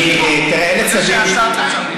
זו המשמרת שלך.